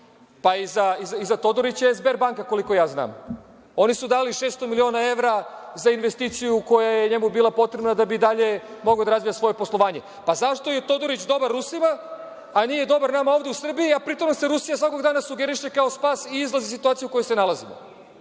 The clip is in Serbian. pa, iza Todorića je Sberbanka, koliko ja znam. Oni su dali 600 miliona evra za investiciju koja je njemu bila potrebna, da bi i dalje mogao da razvija svoje poslovanje. Pa, zašto je Todorić dobar Rusima, a nije dobar nama ovde u Srbiji, a pritom nam se Rusija svakog dana sugeriše kao spas i izlaz iz situacije u kojoj se nalazimo?